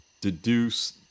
deduce